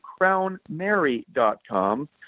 crownmary.com